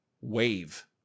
wave